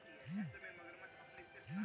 হাঁ ঠ্যালে যে জায়গায় খড় গুলালকে ত্যুলে দেয়